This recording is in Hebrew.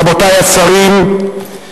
רבותי השרים,